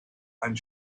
and